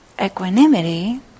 equanimity